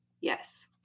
yes